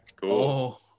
Cool